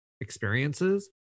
experiences